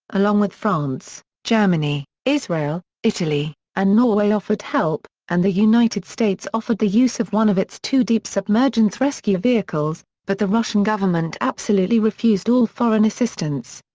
along with france, germany, israel, italy, and norway offered help, and the united states offered the use of one of its two deep submergence rescue vehicles, but the russian government absolutely refused all foreign assistance.